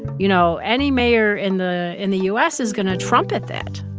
you know, any mayor in the in the u s. is going to trumpet that.